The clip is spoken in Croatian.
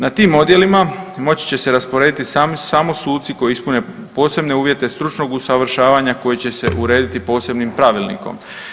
Na tim odjelima moći će se rasporediti samo sudci koji ispune posebne uvjete stručnog usavršavanja koji će se urediti posebnim Pravilnikom.